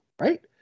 Right